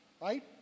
right